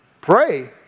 Pray